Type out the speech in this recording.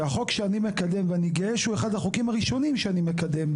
שהחוק שאני מקדם ואני גאה שהוא אחד החוקים הראשונים שאני מקדם,